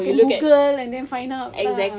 you can Google and then find out ya